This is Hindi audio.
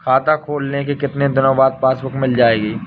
खाता खोलने के कितनी दिनो बाद पासबुक मिल जाएगी?